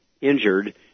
injured